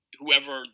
whoever